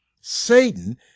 Satan